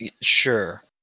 Sure